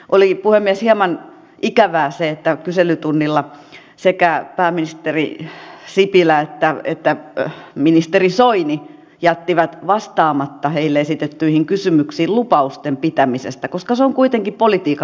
oli puhemies hieman ikävää se että kyselytunnilla sekä pääministeri sipilä että ministeri soini jättivät vastaamatta heille esitettyihin kysymyksiin lupausten pitämisestä koska se on kuitenkin politiikan luottamuskysymys